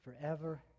forever